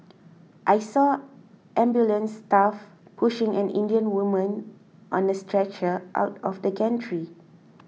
I saw ambulance staff pushing an Indian woman on a stretcher out of the gantry